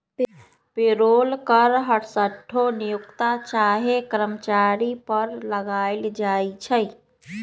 payroll कर हरसठ्ठो नियोक्ता चाहे कर्मचारी पर लगायल जाइ छइ